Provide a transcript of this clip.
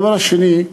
הדבר השני,